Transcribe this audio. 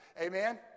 Amen